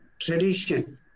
tradition